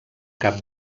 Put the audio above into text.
cap